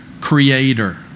creator